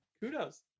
kudos